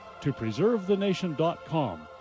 topreservethenation.com